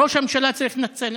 ראש הממשלה צריך להתנצל.